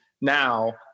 now